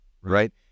Right